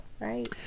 right